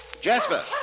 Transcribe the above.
Jasper